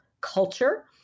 culture